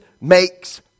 makes